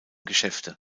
geschäfte